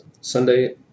Sunday